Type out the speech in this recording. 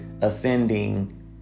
ascending